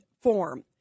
form